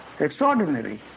Extraordinary